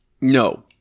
No